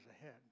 ahead